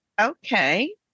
okay